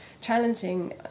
challenging